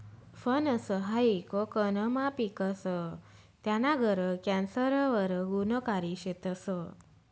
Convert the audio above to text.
फनस हायी कोकनमा पिकस, त्याना गर कॅन्सर वर गुनकारी शेतस